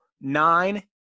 nine